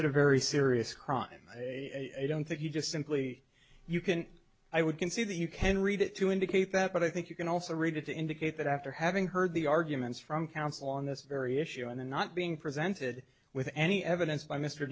a very serious crime i don't think he just simply you can i would concede that you can read it to indicate that but i think you can also read it to indicate that after having heard the arguments from counsel on this very issue and then not being presented with any evidence by mr